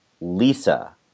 Lisa